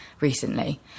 recently